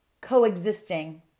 coexisting